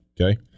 Okay